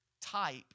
type